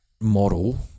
model